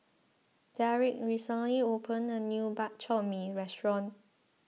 Derick recently opened a new Bak Chor Mee restaurant